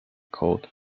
called